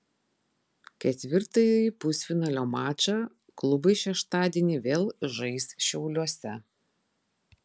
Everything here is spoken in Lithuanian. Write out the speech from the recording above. ketvirtąjį pusfinalio mačą klubai šeštadienį vėl žais šiauliuose